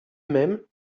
même